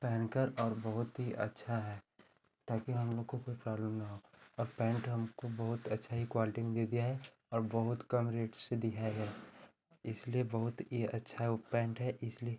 पहनकर और बहुत ही अच्छा है ताकि हम लोग को कोई प्रॉब्लम ना हो और पैन्ट हमको बहोत अच्छा ही क्वाल्टी में दे दिया है और बहुत कम रेट से दिया गया है इसलिए बहुत ई अच्छा वह पैन्ट है इसलिए